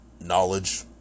knowledge